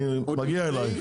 אני מגיע אלייך,